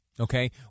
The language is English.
Okay